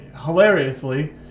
hilariously